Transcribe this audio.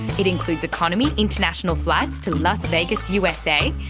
it includes economy international flights to las vegas usa,